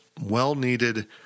well-needed